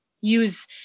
use